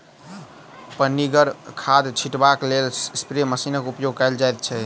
पनिगर खाद छीटबाक लेल स्प्रे मशीनक उपयोग कयल जाइत छै